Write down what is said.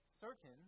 certain